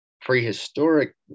prehistoric